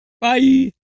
Bye